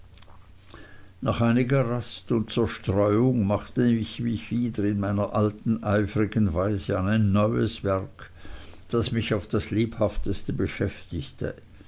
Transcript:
nach einiger rast und zerstreuung machte ich mich wieder in meiner alten eifrigen weise an ein neues werk das mich auf das lebhafteste beschäftigte